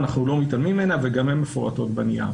אנחנו לא מתעלמים מהם וגם הם מפורטים בנייר.